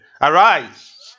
Arise